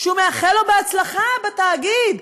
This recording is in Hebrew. והוא מאחל לו הצלחה בתאגיד.